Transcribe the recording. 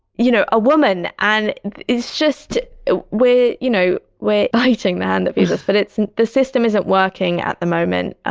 you know, a woman. and it's just ah we're, you know, we're biting the hand that feeds us. but it's and the system isn't working at the moment.